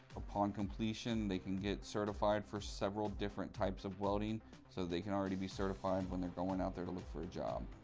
upon completion they can get certified for several different types of welding so they can already be certified when they're going out there to look for a job.